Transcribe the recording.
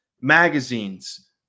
magazines